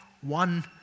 one